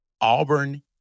Auburn